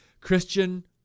Christian